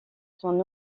son